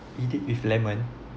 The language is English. eat it with lemon